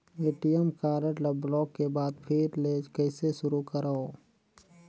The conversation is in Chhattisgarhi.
ए.टी.एम कारड ल ब्लाक के बाद फिर ले कइसे शुरू करव?